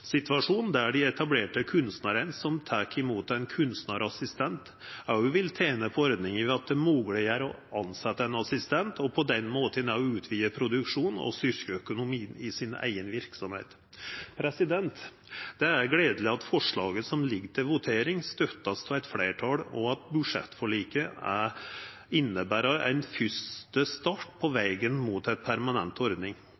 der dei etablerte kunstnarane som tek imot ein kunstnarassistent, også vil tena på ordninga ved at det gjer det mogleg å tilsetja ein assistent og på den måten også utvida produksjonen og styrkja økonomien i si eiga verksemd. Det er gledeleg at forslaget som ligg til votering, vert støtta av eit fleirtal, og at budsjettforliket inneber ein fyrste start på vegen mot ei permanent ordning.